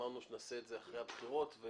אמרנו שנעשה את זה אחרי הבחירות לרשויות המקומיות.